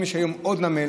אם יש היום עוד נמל,